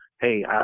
hey